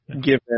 given